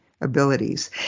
abilities